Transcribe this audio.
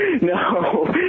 No